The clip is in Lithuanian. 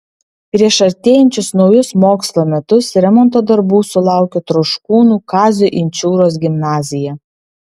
prieš artėjančius naujus mokslo metus remonto darbų sulaukė troškūnų kazio inčiūros gimnazija